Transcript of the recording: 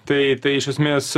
tai tai iš esmės